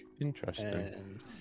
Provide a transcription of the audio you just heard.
Interesting